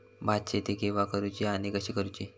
भात शेती केवा करूची आणि कशी करुची?